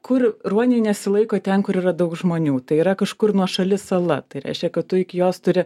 kur ruoniai nesilaiko ten kur yra daug žmonių tai yra kažkur nuošali sala tai reiškia kad tu iki jos turi